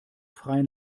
freien